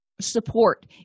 support